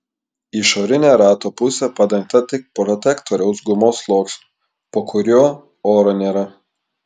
išorinė rato pusė padengta tik protektoriaus gumos sluoksniu po kuriuo oro nėra